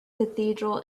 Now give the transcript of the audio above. cathedral